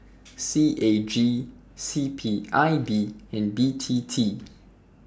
C A G C P I B and B T T